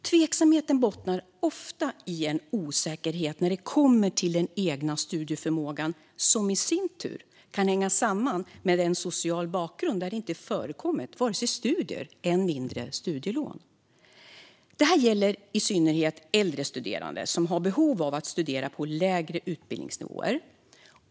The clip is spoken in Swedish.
Tveksamheten bottnar ofta i en osäkerhet när det kommer till den egna studieförmågan, som i sin tur kan hänga samman med en social bakgrund där det inte förekommit vare sig studier eller än mindre studielån. Det gäller i synnerhet äldre studerande som har behov av att studera på lägre utbildningsnivåer.